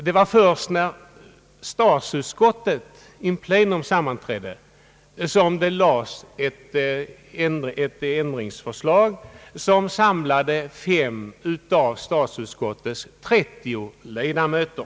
Det var först när statsutskottet in pleno sammanträdde som ett ändringsförslag framlades som samlade fem av statsutskottets 30 ledamöter.